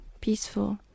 peaceful